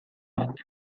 bat